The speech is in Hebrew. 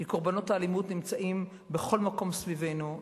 כי קורבנות האלימות נמצאים בכל מקום סביבנו,